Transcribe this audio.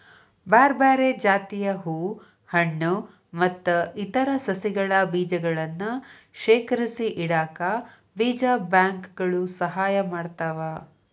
ಬ್ಯಾರ್ಬ್ಯಾರೇ ಜಾತಿಯ ಹೂ ಹಣ್ಣು ಮತ್ತ್ ಇತರ ಸಸಿಗಳ ಬೇಜಗಳನ್ನ ಶೇಖರಿಸಿಇಡಾಕ ಬೇಜ ಬ್ಯಾಂಕ್ ಗಳು ಸಹಾಯ ಮಾಡ್ತಾವ